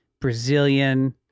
Brazilian